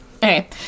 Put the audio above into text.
Okay